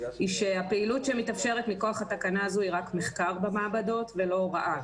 היא שהפעילות שמתאפשרת מכוח התקנה הזו היא רק מחקר במעבדות ולא הוראה.